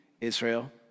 Israel